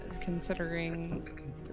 considering